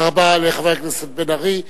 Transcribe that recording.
תודה רבה לחבר הכנסת בן-ארי.